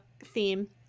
theme